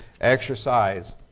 exercise